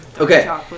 Okay